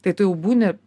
tai tu jau būni